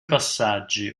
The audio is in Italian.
passaggi